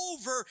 over